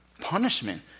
punishment